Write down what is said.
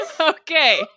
okay